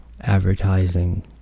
advertising